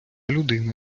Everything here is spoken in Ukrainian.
людина